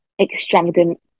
extravagant